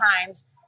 times